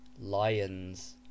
lions